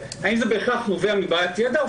נובע מבעיית ידע,